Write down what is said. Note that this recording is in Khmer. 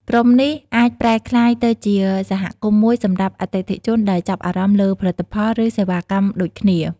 ក្រុមនេះអាចប្រែក្លាយទៅជាសហគមន៍មួយសម្រាប់អតិថិជនដែលចាប់អារម្មណ៍លើផលិតផល ឬសេវាកម្មដូចគ្នា